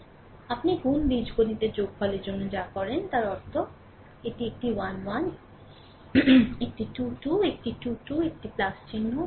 তারপরে আপনি গুন বীজগণিতের যোগফলের জন্য যা করেন তার অর্থ এটি একটি 1 1 একটি 2 2 একটি 2 2 এটি চিহ্ন